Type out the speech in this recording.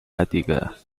attica